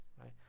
right